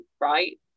right